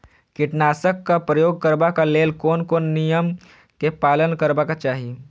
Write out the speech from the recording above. कीटनाशक क प्रयोग करबाक लेल कोन कोन नियम के पालन करबाक चाही?